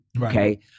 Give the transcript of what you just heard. okay